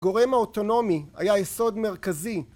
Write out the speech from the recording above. גורם האוטונומי היה יסוד מרכזי